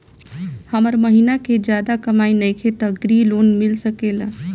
हमर महीना के ज्यादा कमाई नईखे त ग्रिहऽ लोन मिल सकेला?